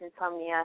insomnia